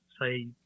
say